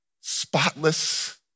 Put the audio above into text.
spotless